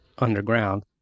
underground